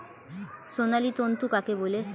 সোনালী তন্তু কাকে বলে?